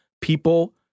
people